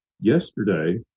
Yesterday